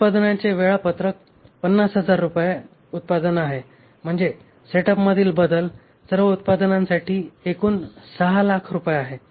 उत्पादनाचे वेळापत्रक 50000 रूपये उत्पादन आहे म्हणजे सेटअपमधील बदल सर्व उत्पादनांसाठी एकूण 600000 रुपये आहे